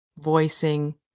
voicing